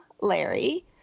Larry